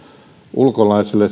ulkolaiselle